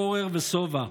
פורר וסובה,